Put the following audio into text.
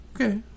Okay